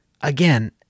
again